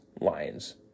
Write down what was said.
Lions